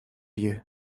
you